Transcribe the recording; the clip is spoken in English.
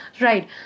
right